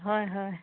হয় হয়